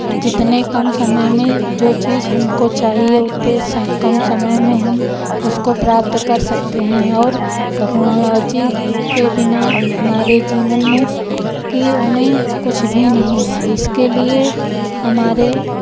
जितने कम समय में जो चीज़ हमको चाहिए उतने कम समय में हम उसको प्राप्त कर सकते हैं और टेक्नोलॉजी के बिना हमारे जीवन में की में कुछ भी नहीं है इसके लिए हमारे